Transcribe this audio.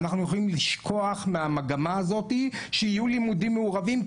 אנחנו יכולים לשכוח מהמגמה הזאת שיהיו לימודים מעורבים,